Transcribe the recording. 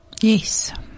Yes